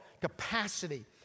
capacity